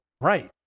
Right